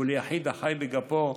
וליחיד החי בגפו,